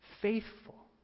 faithful